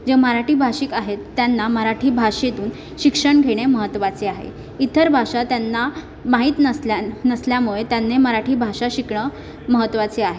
जे मराठी भाषिक आहेत त्यांना मराठी भाषेतून शिक्षण घेणे महत्त्वाचे आहे इतर भाषा त्यांना माहीत नसल्या नसल्यामुळे त्यांनी मराठी भाषा शिकणं महत्त्वाचे आहे